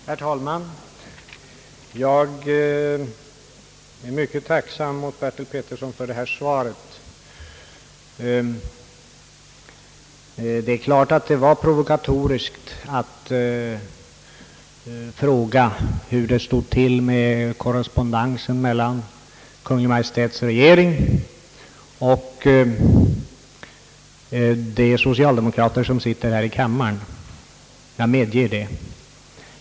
Herr talman! Jag är mycket tacksam mot herr Bertil Petersson för detta svar. Det var naturligtvis provokatoriskt att fråga hur det stod till med korrespon densen mellan regeringen och de socialdemokrater som sitter här i kammaren — jag medger det.